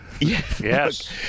yes